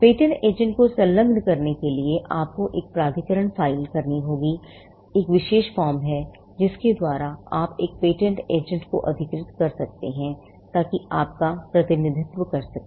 patent agent को संलग्न करने के लिए आपको एक प्राधिकरण फाइल करना होगा एक विशेष form है जिसके द्वारा आप एक पेटेंट एजेंट को अधिकृत कर सकते हैं ताकि आप का प्रतिनिधित्व कर सकें